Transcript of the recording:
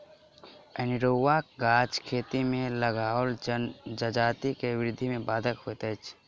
अनेरूआ गाछ खेत मे लगाओल जजाति के वृद्धि मे बाधक होइत अछि